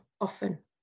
often